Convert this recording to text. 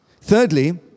thirdly